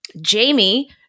Jamie